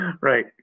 right